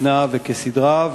כתקנה וכסדרה,